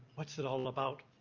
what's it all about?